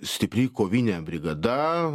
stipri kovinė brigada